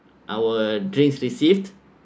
our drinks received